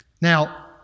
Now